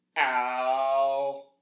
ow